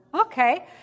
Okay